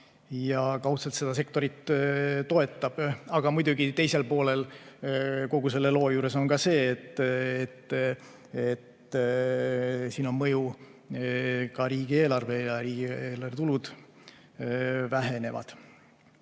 ja kaudselt seda sektorit toetab. Aga muidugi teisel poolel kogu selle loo juures on see, et siin on mõju ka riigieelarvele. Riigieelarve tulud vähenevad.